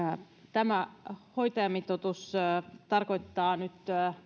tämä hoitajamitoitus tarkoittaa nyt